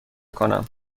کنم